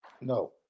No